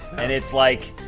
and it's like,